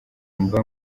mba